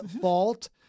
fault